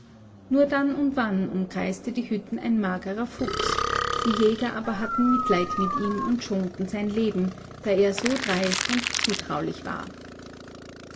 nur dann und wann umkreiste die hütten ein magerer fuchs die jäger aber hatten mitleid mit ihm und schonten sein leben da er so dreist und zutraulich war